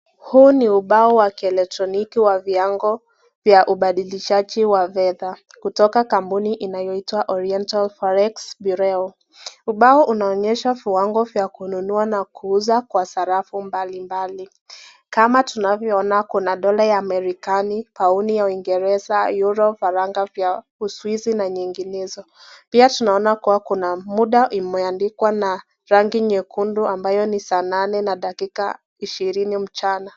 Huu ni ubao wa kieletroniki wa viwango wa ubadilishaji wa fedha. Kutoka Kampuni inayoitwa Oriental Forex Bureau. Ubao unaonyesha viwango vya kununua na kuuza kwa sarafu mbalimbali. Kama tunavyoona kuna dola ya Amerikani, Pauni ya Uingereza, Euro, Faranga ya Uswizi na Nyinginezo. Pia tunaona kuwa kuna muda imeandikwa na rangi nyekundu ambayo ni saa nane na dakika ishirini mchana.